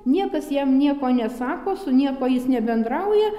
niekas jam nieko nesako su niekuo jis nebendrauja